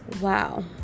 Wow